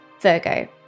Virgo